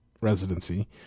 residency